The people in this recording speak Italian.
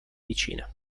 vicine